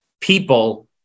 people